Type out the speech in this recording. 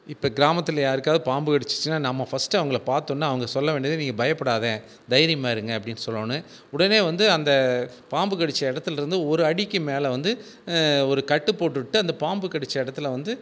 இப்போ கிராமத்தில் யாருக்காது பாம்பு கடிச்சிச்சுனா நம்ம ஃபர்ஸ்ட்டு அவங்கள பார்த்தோன்ன அவங்க சொல்ல வேண்டியது நீங்கள் பயப்புடாத தைரியமாக இருங்க அப்படின்னு சொல்லணும் உடனே வந்து அந்த பாம்பு கடிச்ச இடத்துலருந்து ஒரு அடிக்கு மேலே வந்து ஒரு கட்டு போட்டுவிட்டு அந்த பாம்பு கடிச்ச இடத்துல வந்து